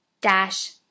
dash